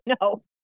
no